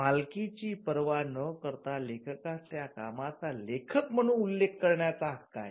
मालकीची पर्वा न करता लेखकास त्या कामाचा लेखक म्हणून उल्लेख करण्याचा हक्क आहे